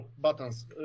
buttons